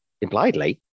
impliedly